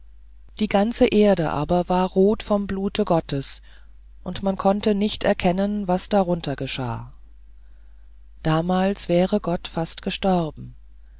die ganze erde aber war rot vom blute gottes und man konnte nicht erkennen was darunter geschah damals wäre gott fast gestorben